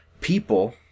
people